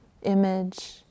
image